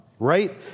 Right